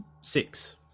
six